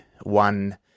one